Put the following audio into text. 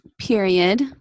period